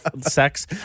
sex